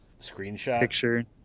screenshot